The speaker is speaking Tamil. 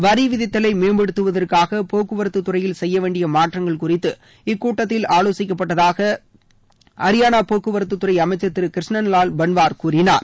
வரி விதித்தலை மேம்படுத்துவதற்காக போக்குவரத்து துறையில் செய்யவேண்டிய மாற்றங்கள் குறித்து இக்கூட்டத்தில் ஆலோசிக்கப்பட்டதாக அரியானா போக்குவரத்து துறை அமைச்சர் திரு கிருஷ்ணன்லால் பன்வார் கூறினார்